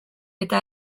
eta